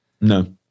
No